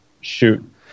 Shoot